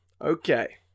okay